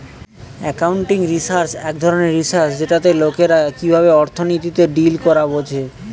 accounting research এক ধরণের research যেটাতে লোকরা কিভাবে অর্থনীতিতে ডিল করে বোঝা